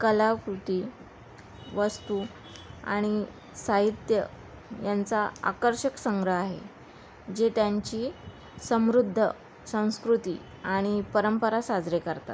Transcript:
कलाकृती वस्तू आणि साहित्य यांचा आकर्षक संग्रह आहे जे त्यांची समृद्ध संस्कृती आणि परंपरा साजरे करतात